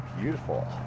beautiful